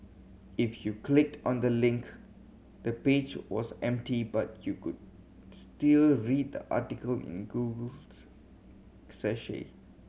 if you clicked on the link the page was empty but you could still read the article in Google's